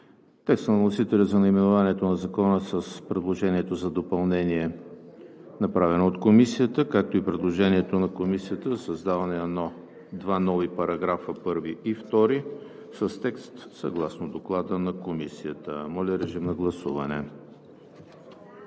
текста на вносителя за наименованието на Закона с предложението за допълнение, направено от Комисията, както и предложението на Комисията за създаване на два нови параграфа – 1 и 2, с текст съгласно Доклада на Комисията. Гласували